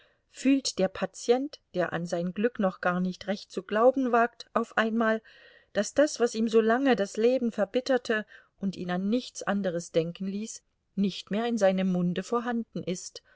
fühlt der patient der an sein glück noch gar nicht recht zu glauben wagt auf einmal daß das was ihm so lange das leben verbitterte und ihn an nichts anderes denken ließ nicht mehr in seinem munde vorhanden ist